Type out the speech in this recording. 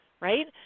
right